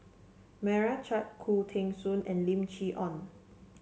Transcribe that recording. Meira Chand Khoo Teng Soon and Lim Chee Onn